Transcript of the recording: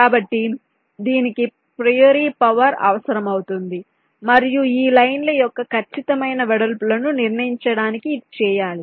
కాబట్టి దీనికి priori power అవసరమవుతుంది మరియు ఈ లైన్ ల యొక్క ఖచ్చితమైన వెడల్పులను నిర్ణయించడానికి ఇది చేయాలి